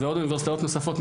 ועוד אוניברסיטאות נוספות,